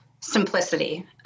simplicity